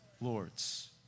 Lords